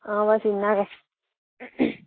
हां बस इन्ना गै